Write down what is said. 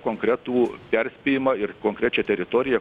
konkretų perspėjimą ir konkrečią teritoriją